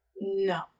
No